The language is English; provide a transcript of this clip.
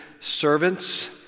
servants